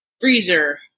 freezer